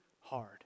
hard